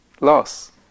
Loss